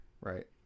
Right